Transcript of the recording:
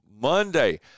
Monday